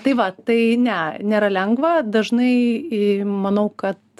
tai va tai ne nėra lengva dažnai į manau kad